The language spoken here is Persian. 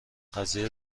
قضیه